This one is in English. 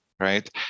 Right